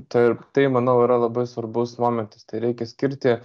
tarp tai manau yra labai svarbus momentas tai reikia skirti